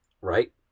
right